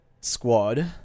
squad